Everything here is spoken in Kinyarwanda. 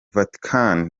vatican